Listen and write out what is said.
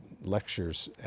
lectures